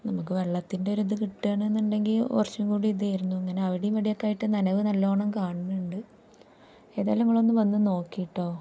നമുക്ക് വെള്ളത്തിൻ്റെ ഒരിത് കിട്ടുകയാണെന്നുണ്ടെങ്കിൽ കുറച്ചും കൂടി ഇതായിരുന്നു ഇങ്ങനെ അവിടെയും ഇവിടെയൊക്കെയായിട്ട് നനവ് നല്ല വണ്ണം കാണുന്നുണ്ട് ഏതായാലും നിങ്ങളൊന്ന് വന്നു നോക്ക് കേട്ടോ